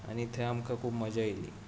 आनी थंय आमकां खूब मजा आयली